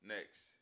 Next